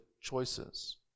choices